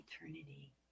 eternity